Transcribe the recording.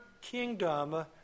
kingdom